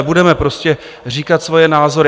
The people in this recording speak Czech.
Budeme prostě říkat svoje názory.